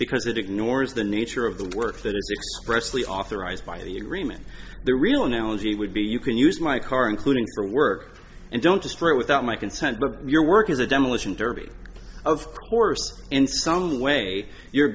because it ignores the nature of the work that is presley authorized by the agreement the real analogy would be you can use my car including for work and don't destroy it without my consent but your work is a demolition derby of course in some way you're